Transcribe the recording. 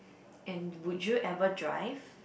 and would you ever drive